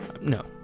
No